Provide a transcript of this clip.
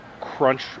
crunch